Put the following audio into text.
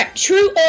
True